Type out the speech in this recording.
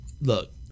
look